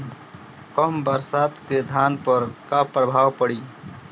कम बरसात के धान पर का प्रभाव पड़ी?